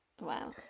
Wow